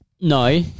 No